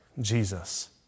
Jesus